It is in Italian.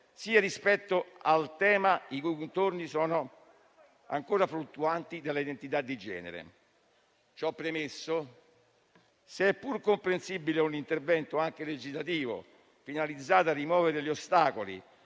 sia rispetto al tema, i cui contorni sono ancora fluttuanti, della identità di genere. Ciò premesso, se è pur comprensibile un intervento, anche legislativo, finalizzato a rimuovere gli ostacoli